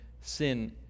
sin